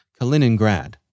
Kaliningrad